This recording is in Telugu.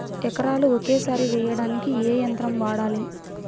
ఎకరాలు ఒకేసారి వేయడానికి ఏ యంత్రం వాడాలి?